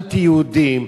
אנטי-יהודים,